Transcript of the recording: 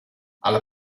alla